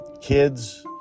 Kids